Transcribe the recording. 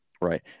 right